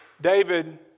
David